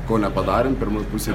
ko nepadarėm pirmoj pusėj